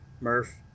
Murph